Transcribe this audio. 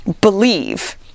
believe